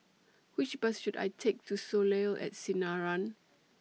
Which Bus should I Take to Soleil At Sinaran